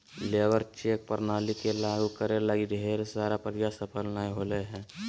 labour check प्रणाली के लागु करे लगी ढेर सारा प्रयास सफल नय होले हें